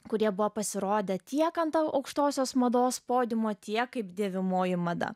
kurie buvo pasirodę tiek ant aukštosios mados podiumo tiek kaip dėvimoji mada